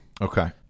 Okay